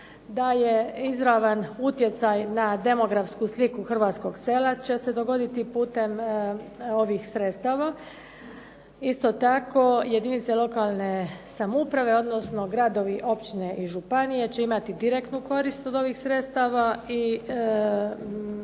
da je izravan utjecaj na demografsku sliku hrvatskog sela će se dogoditi putem ovih sredstava. Isto tako jedinice lokalne samouprave, odnosno gradovi, općine i županije će imati direktnu korist od ovih sredstava i